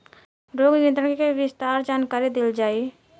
रोग नियंत्रण के विस्तार जानकरी देल जाई?